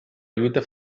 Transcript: lluita